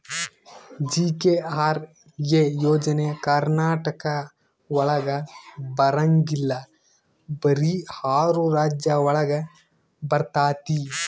GKRA ಯೋಜನೆ ಕರ್ನಾಟಕ ಒಳಗ ಬರಂಗಿಲ್ಲ ಬರೀ ಆರು ರಾಜ್ಯ ಒಳಗ ಬರ್ತಾತಿ